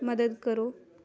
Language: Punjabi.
ਮਦਦ ਕਰੋ